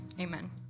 amen